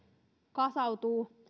kasautuvat